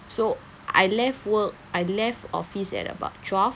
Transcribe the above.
so I left work I left office at about twelve